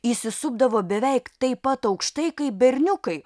įsisupdavo beveik taip pat aukštai kaip berniukai